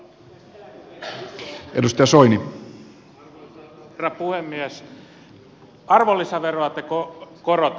arvonlisäveroa te korotatte myös ruuan ja lääkkeiden